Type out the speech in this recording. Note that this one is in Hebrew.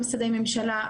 גם משרדי ממשלה.